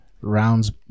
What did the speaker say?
Rounds